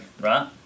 right